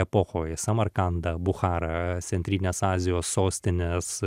epochoj samarkandą bucharą centrinės azijos sostinės